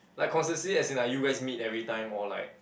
like consistency as in like you guys meet every time or like